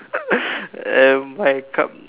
and my cup